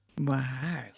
Wow